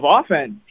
offense